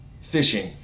fishing